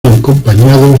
acompañados